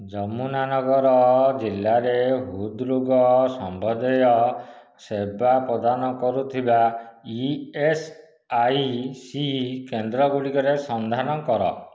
ଯମୁନାନଗର ଜିଲ୍ଲାରେ ହୃଦ୍ରୋଗ ସମ୍ବନ୍ଧୀୟ ସେବା ପ୍ରଦାନ କରୁଥିବା ଇଏସ୍ଆଇସି କେନ୍ଦ୍ର ଗୁଡ଼ିକର ସନ୍ଧାନ କର